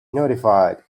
notified